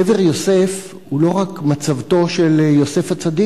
קבר יוסף הוא לא רק מצבתו של יוסף הצדיק,